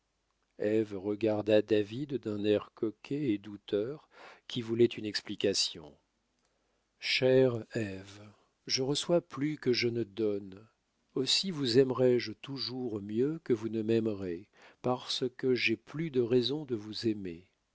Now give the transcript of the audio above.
regarda david d'un air coquet et douteux qui voulait une explication chère ève je reçois plus que je ne donne aussi vous aimerai je toujours mieux que vous ne m'aimerez parce que j'ai plus de raison de vous aimer